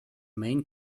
main